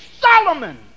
Solomon